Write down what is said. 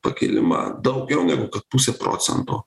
pakėlimą daugiau negu pusė procento